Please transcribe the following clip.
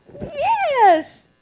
Yes